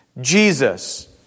Jesus